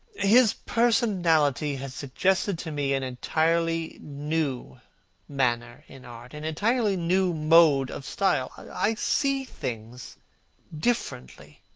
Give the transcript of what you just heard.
his personality has suggested to me an entirely new manner in art, an entirely new mode of style. i see things differently,